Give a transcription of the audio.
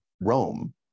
rome